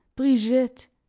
brigitte!